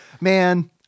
man –